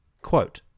Quote